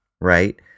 right